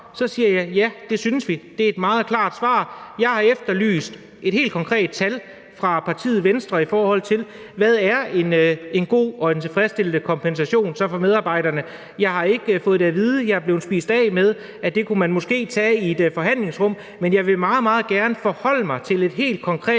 Så svarer jeg: Ja, det synes vi. Det er et meget klart svar. Jeg har efterlyst et helt konkret tal fra partiet Venstre, i forhold til hvad en god og tilfredsstillende kompensation er for medarbejderne. Jeg har ikke fået det at vide, men jeg er blevet spist af med, at det kunne man måske tage i et forhandlingsrum. Men jeg vil meget, meget gerne forholde mig til et helt konkret